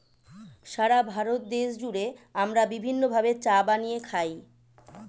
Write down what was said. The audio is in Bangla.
সারা ভারত দেশ জুড়ে আমরা বিভিন্ন ভাবে চা বানিয়ে খাই